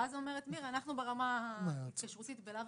ואז אומרת מירה אנחנו ברמה ההתקשרותית בלאו